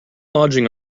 lodging